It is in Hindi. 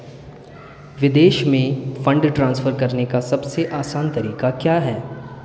विदेश में फंड ट्रांसफर करने का सबसे आसान तरीका क्या है?